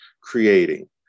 creating